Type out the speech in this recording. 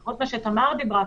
לפחות מה שתמר דיברה,